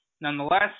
nonetheless